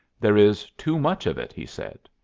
there is too much of it, he said.